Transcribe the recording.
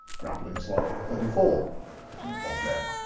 grappling slightly, thirty four of them.